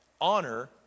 Honor